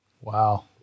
Wow